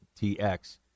TX